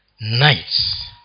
nights